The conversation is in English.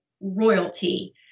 royalty